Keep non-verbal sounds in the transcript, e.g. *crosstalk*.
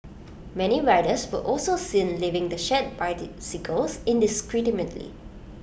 many riders were also seen leaving the shared *unintelligible* indiscriminately